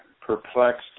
perplexed